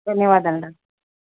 ధన్యవాదాలు డాక్టర్